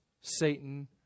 Satan